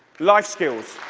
life skills.